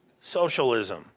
Socialism